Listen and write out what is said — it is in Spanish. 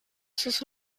sus